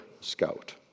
scout